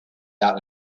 out